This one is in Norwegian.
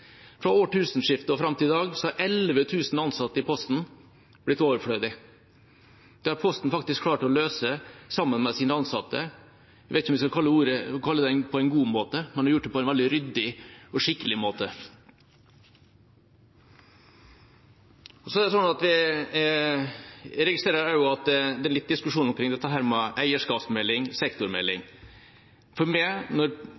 Fra årtusenskiftet og fram til i dag har 11 000 ansatte i Posten blitt overflødige. Det har Posten klart å løse sammen med sine ansatte – jeg vet ikke om jeg skal kalle det «på en god måte», men de har gjort det på en veldig ryddig og skikkelig måte. Jeg registrerer at det er litt diskusjon omkring dette med eierskapsmelding/sektormelding. Postmarkedet er